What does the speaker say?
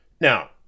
Now